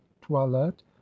toilette